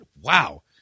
wow